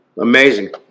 amazing